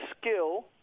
skill